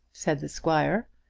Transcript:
said the squire.